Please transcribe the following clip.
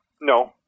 No